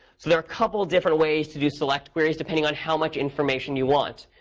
so there are a couple different ways to do select queries, depending on how much information you want,